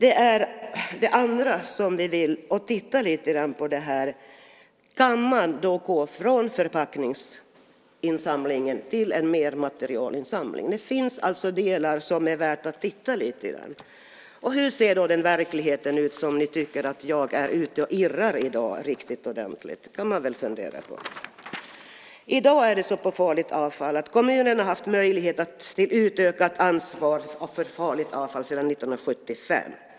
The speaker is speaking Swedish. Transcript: En sak till som vi vill titta lite grann på är om man kan gå från förpackningsinsamling till mer av materialinsamling. Det finns alltså delar som det är värt att titta närmare på. Hur ser då den verklighet ut som ni tycker att jag är ute och irrar i riktigt ordentligt i dag? Det kan man fundera på. I dag är det så med farligt avfall att kommunerna har haft möjlighet till utökat ansvar sedan 1975.